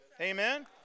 Amen